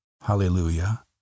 hallelujah